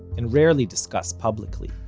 and rarely discussed publicly